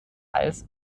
als